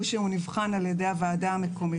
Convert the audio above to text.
שהוא נבחן על ידי הוועדה המקומית.